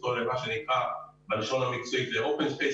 אותו למה שנקרא בלשון המקצועית "אופן ספייס",